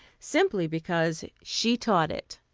simply because she taught it.